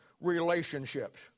relationships